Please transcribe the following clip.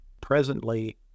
presently